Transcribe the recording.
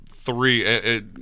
three